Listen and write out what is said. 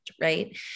right